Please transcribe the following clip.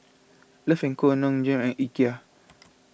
Love and Co Nong Shim and Ikea